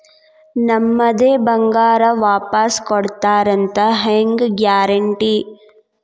ನಮ್ಮದೇ ಬಂಗಾರ ವಾಪಸ್ ಕೊಡ್ತಾರಂತ ಹೆಂಗ್ ಗ್ಯಾರಂಟಿ?